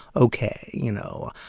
ok, you know,